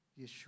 Yeshua